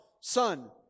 Son